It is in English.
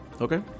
Okay